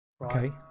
Okay